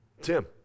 Tim